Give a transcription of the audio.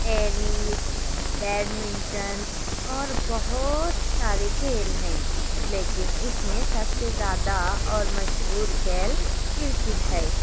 tennis badminton اور بہت سارے کھیل ہیں لیکن اس میں سب سے زیادہ اور مشہور کھیل کرکٹ ہے